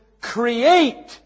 create